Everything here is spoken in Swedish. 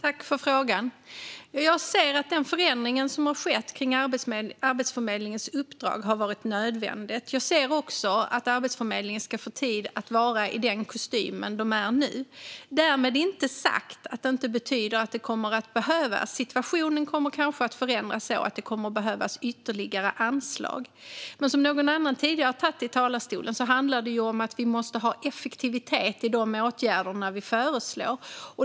Fru talman! Jag tackar för frågan. Jag anser att den förändring som skett av Arbetsförmedlingens uppdrag har varit nödvändig. Jag anser också att Arbetsförmedlingen ska få tid att vara i den kostym som den är i nu. Därmed inte sagt att det inte kommer att behövas ytterligare anslag. Situationen kommer kanske att förändras så att det kommer att behövas. Men som någon sa tidigare handlar det om att vi måste ha effektivitet i de åtgärder vi föreslår.